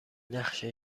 نقشه